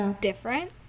different